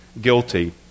guilty